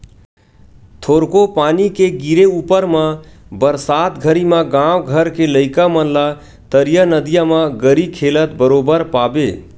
थोरको पानी के गिरे ऊपर म बरसात घरी म गाँव घर के लइका मन ला तरिया नदिया म गरी खेलत बरोबर पाबे